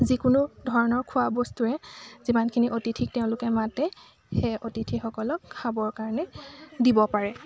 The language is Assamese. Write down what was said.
যিকোনো ধৰণৰ খোৱা বস্তুৰে যিমানখিনি অতিথিক তেওঁলোকে মাতে সেই অতিথিসকলক খাবৰ কাৰণে দিব পাৰে